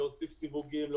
להוסיף סיווגים,